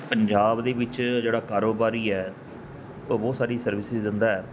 ਪੰਜਾਬ ਦੇ ਵਿੱਚ ਜਿਹੜਾ ਕਾਰੋਬਾਰੀ ਹੈ ਉਹ ਬਹੁਤ ਸਾਰੀ ਸਰਵਿਸਜ਼ ਦਿੰਦਾ ਹੈ